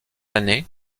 années